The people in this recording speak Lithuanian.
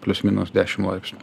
plius minus dešim laipsnių